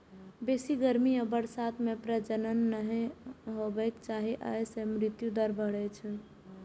बेसी गर्मी आ बरसात मे प्रजनन नहि हेबाक चाही, अय सं मृत्यु दर बढ़ै छै